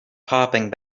popping